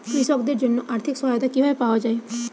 কৃষকদের জন্য আর্থিক সহায়তা কিভাবে পাওয়া য়ায়?